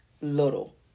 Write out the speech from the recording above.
little